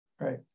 right